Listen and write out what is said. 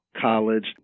college